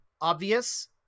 obvious